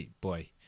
boy